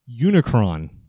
Unicron